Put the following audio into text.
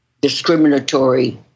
discriminatory